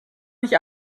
nicht